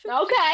okay